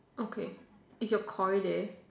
okay is your Koi there